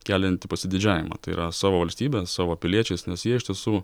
kelianti pasididžiavimą tai yra savo valstybe savo piliečiais nes jie iš tiesų